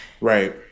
Right